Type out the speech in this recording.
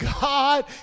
God